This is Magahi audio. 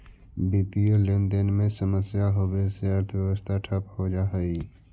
वित्तीय लेनदेन में समस्या होवे से अर्थव्यवस्था ठप हो जा हई